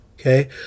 Okay